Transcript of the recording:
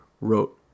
wrote